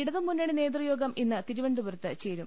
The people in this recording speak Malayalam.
ഇടതുമുന്നണി നേതൃയോഗം ഇന്ന് തിരുവനന്തപുരത്ത് ചേരും